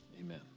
Amen